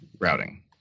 routing